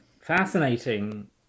fascinating